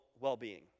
well-being